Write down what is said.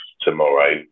tomorrow